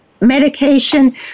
medication